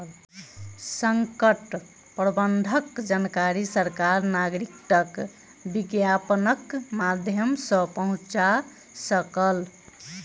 संकट प्रबंधनक जानकारी सरकार नागरिक तक विज्ञापनक माध्यम सॅ पहुंचा सकल